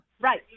Right